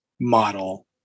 model